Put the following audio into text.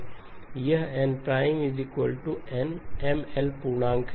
यह nMLn M L पूर्णांक है